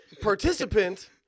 participant